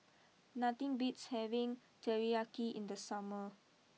nothing beats having Teriyaki in the summer